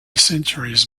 centuries